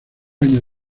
años